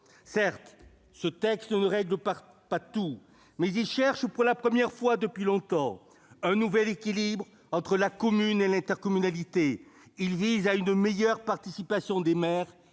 Sénat. Ce texte ne règle pas tout, mais il recherche, pour la première fois depuis longtemps, un nouvel équilibre entre la commune et l'intercommunalité. Il vise à une meilleure participation des maires